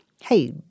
hey